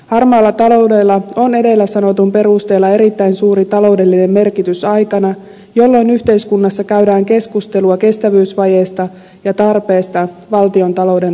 harmaalla taloudella on edellä sanotun perusteella erittäin suuri taloudellinen merkitys aikana jolloin yhteiskunnassa käydään keskustelua kestävyysvajeesta ja tarpeesta valtiontalouden tasapainottamiseen